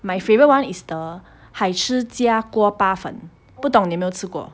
my favourite [one] is the 嗨吃家锅巴粉不懂你有没有吃过